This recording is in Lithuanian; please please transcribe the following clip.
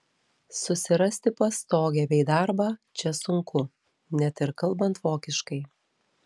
susirasti pastogę bei darbą čia sunku net ir kalbant vokiškai